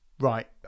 Right